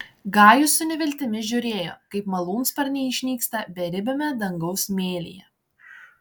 gajus su neviltimi žiūrėjo kaip malūnsparniai išnyksta beribiame dangaus mėlyje